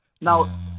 Now